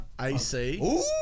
AC